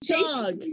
Dog